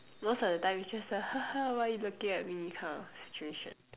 most of the time is just like ha ha why you looking at me kind of situation